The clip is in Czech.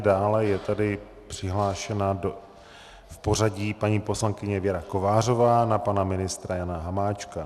Dále je tady přihlášena v pořadí poslankyně Věra Kovářová na pana ministra Jana Hamáčka.